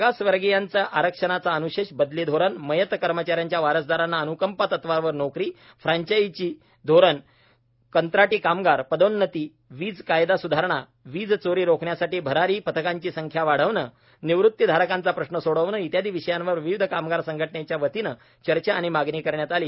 मागासवर्गीयांचा आरक्षणाचा अन्शेष बदली धोरण मयत कर्मचाऱ्यांच्या वारसदारांना अनुकंपा तत्वावर नोकरी फ्रांचाईझी धोरण कंत्राटी कामगार पदोन्नती वीज कायदा सुधारणा वीज चोरी रोखण्यासाठी भरारी पथकांची संख्या वाढवणे निवृत्तीधारकांचा प्रश्न सोडवणे इत्यादी विषयांवर विविध कामगार संघटनेच्या वतीने चर्चा आणि मागणी करण्यात आली